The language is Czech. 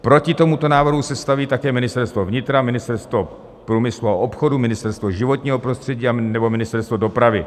Proti tomuto návrhu se staví také Ministerstvo vnitra, Ministerstvo průmyslu a obchodu, Ministerstvo životního prostředí nebo Ministerstvo dopravy.